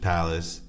Palace